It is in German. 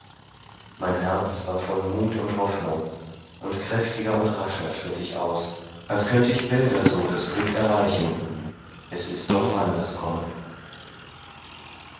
mein herz war voll von muth und hoffnung und kräftiger und rascher schritt ich aus als könnte ich bälder so das glück erreichen es ist doch anders kommen